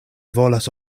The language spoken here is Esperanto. volas